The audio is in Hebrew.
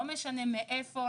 לא משנה מאיפה,